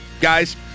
guys